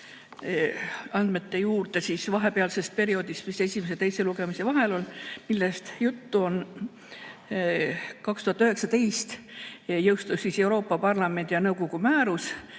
andmete juurde, vahepealset perioodi, mis jäi esimese ja teise lugemise vahele, et millest jutt on.2019 jõustus Euroopa Parlamendi ja nõukogu määrus